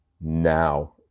Now